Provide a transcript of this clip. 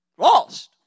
Lost